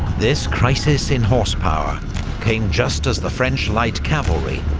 this crisis in horsepower came just as the french light cavalry,